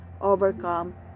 overcome